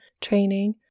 training